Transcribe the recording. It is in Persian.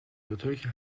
بطوریکه